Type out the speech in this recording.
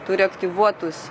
turi aktyvuotus